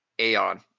Aeon